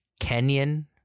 Kenyan